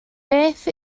beth